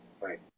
Right